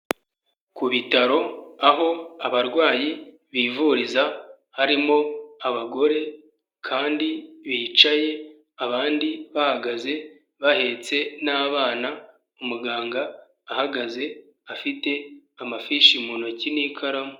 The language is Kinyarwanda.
Ku bitaro aho abarwayi bivuriza harimo abagore kandi bicaye, abandi bahagaze bahetse n'abana, umuganga ahagaze afite amafishi mu ntoki n'ikaramu.